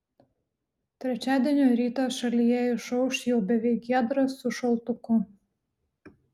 trečiadienio rytas šalyje išauš jau beveik giedras su šaltuku